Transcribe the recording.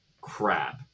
Crap